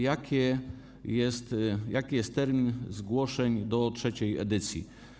I jaki jest termin zgłoszeń do trzeciej edycji?